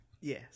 Yes